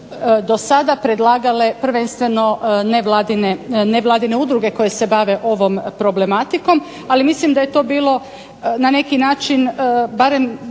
do sada predlagale prvenstveno nevladine udruge koje se bave ovom problematikom. Ali mislim da je to bilo na neki način barem